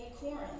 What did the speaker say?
Corinth